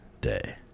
day